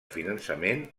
finançament